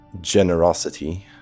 generosity